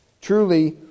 Truly